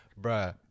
Bruh